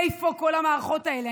איפה כל המערכות האלה?